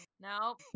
No